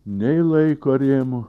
nei laiko rėmų